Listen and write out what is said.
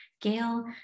Gail